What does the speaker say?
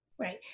Right